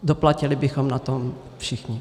Doplatili bychom na tom všichni.